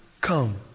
come